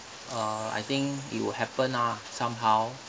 uh I think it will happen ah somehow